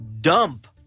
dump